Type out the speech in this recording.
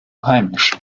heimisch